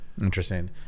Interesting